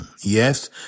Yes